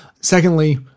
Secondly